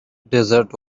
desert